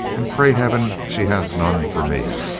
and pray heaven she hath none for me.